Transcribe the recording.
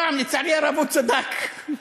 הפעם, לצערי, הוא צדק.